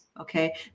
Okay